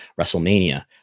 WrestleMania